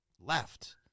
left